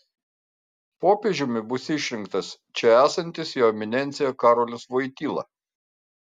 popiežiumi bus išrinktas čia esantis jo eminencija karolis voityla